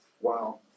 Wow